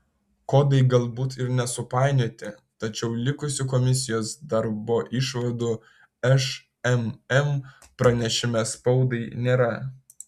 kodai galbūt ir nesupainioti tačiau likusių komisijos darbo išvadų šmm pranešime spaudai nėra